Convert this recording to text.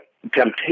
temptation